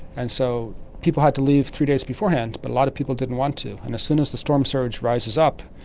and so people had to leave three days beforehand but a lot of people didn't want to and as soon as the storm surge rises up,